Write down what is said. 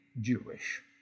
Jewish